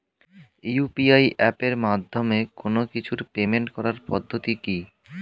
UPI এপের মাধ্যমে কোন কিছুর পেমেন্ট করার পদ্ধতি কি?